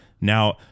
Now